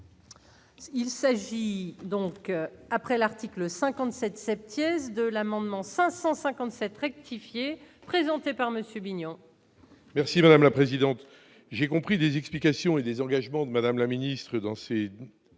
Il s'agit donc après l'article 57 sceptiques de l'amendement 557 rectifié présenté par monsieur Vignon. Merci madame la présidente, j'ai compris des explications et des engagements de Madame la ministre danser